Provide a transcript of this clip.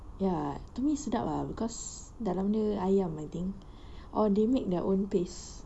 ya to me sedap ah because dalam dia ayam I think or they make their own paste